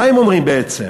מה הם אומרים בעצם?